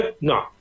No